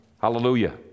Hallelujah